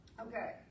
Okay